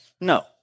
No